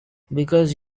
because